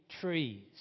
trees